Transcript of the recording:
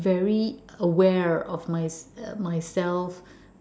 very aware of my uh myself